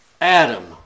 Adam